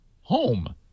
home